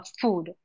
food